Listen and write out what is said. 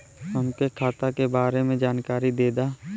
हमके खाता के बारे में जानकारी देदा?